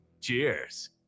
Cheers